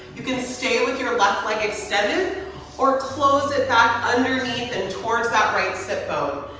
you can stay with your left leg extended or close it back underneath and towards that right sit bone.